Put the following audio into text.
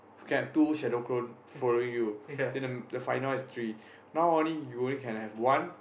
can have two shadow clone following you then the the final one is three now only you only can have one